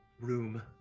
room